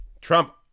Trump